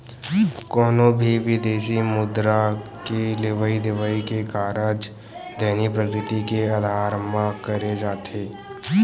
कोनो भी बिदेसी मुद्रा के लेवई देवई के कारज दैनिक प्रकृति के अधार म करे जाथे